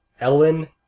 Ellen